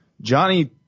Johnny